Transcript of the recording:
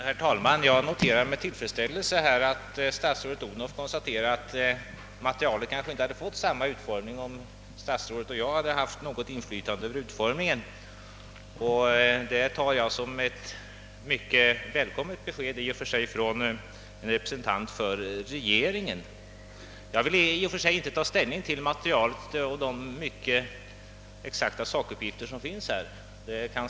Herr talman! Jag noterar med tillfredsställelse att statsrådet Odhnoff konstaterar att materialet kanske inte hade fått samma utformning som nu, om statsrådet och jag hade haft något inflytande över det. Det betraktar jag som ett i och för sig mycket välkommet besked från en representant för regeringen. Jag vill inte ta ställning till materialet som sådant och de mycket preciserade sakuppgifter som finns däri.